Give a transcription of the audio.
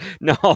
No